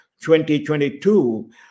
2022